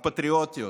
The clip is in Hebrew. הפטריוטיות,